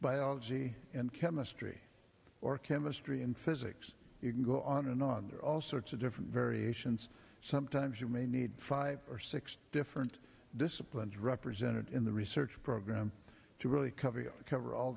biology and chemistry or chemistry and physics you can go on and on there are all sorts of different variations sometimes you may need five or six different disciplines represented in the research program to really cover to cover all